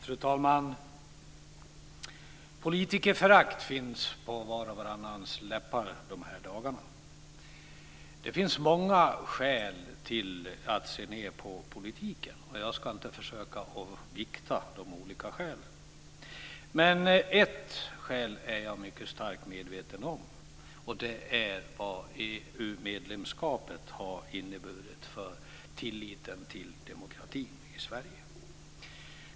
Fru talman! Politikerförakt finns på vars och varannans läppar de här dagarna. Det finns många skäl att se ned på politiken, och jag ska inte försöka att vikta de olika skälen. Ett skäl är jag mycket starkt medveten om, och det är vad EU-medlemskapet har inneburit för tilliten till demokratin i Sverige.